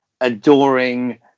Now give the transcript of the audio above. adoring